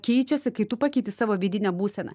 keičiasi kai tu pakeiti savo vidinę būseną